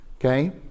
Okay